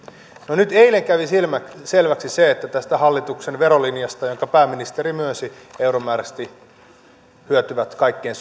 no eilen kävi selväksi se että tästä hallituksen verolinjasta jonka pääministeri myönsi hyötyvät euromääräisesti ja suhteellisesti eniten kaikkein